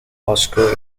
austro